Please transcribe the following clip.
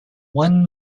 one